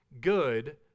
good